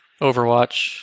Overwatch